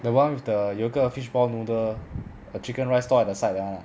the one with the 有一个 fishball noodle the chicken rice stall at the side that [one] ah